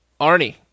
Arnie